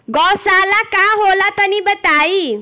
गौवशाला का होला तनी बताई?